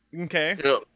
Okay